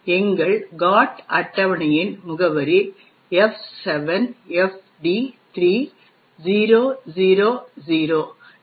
எங்கள் GOT அட்டவணையின் முகவரி F7FD3000